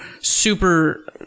super